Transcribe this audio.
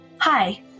Hi